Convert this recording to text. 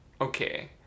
okay